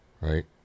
right